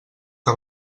que